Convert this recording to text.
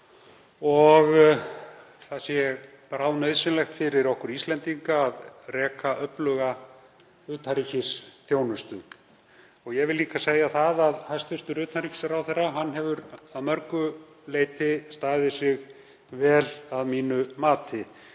og það sé bráðnauðsynlegt fyrir okkur Íslendinga að reka öfluga utanríkisþjónustuna. Ég vil líka segja að hæstv. utanríkisráðherra hefur að mörgu leyti staðið sig vel að mínu mati.